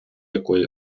якої